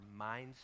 mindset